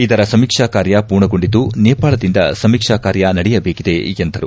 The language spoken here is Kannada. ಇದರ ಸಮೀಕ್ಷಾ ಕಾರ್ಯ ಪೂರ್ಣಗೊಂಡಿದ್ದು ನೇಪಾಳದಿಂದ ಸಮೀಕ್ಷಾ ಕಾರ್ಯ ನಡೆಯಬೇಕಿದೆ ಎಂದರು